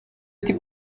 ati